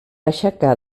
aixecar